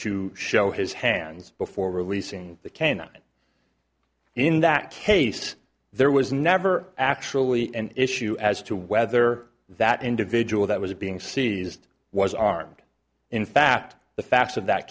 to show his hands before releasing the canine in that case there was never actually an issue as to whether that individual that was being seized was armed in fact the facts of that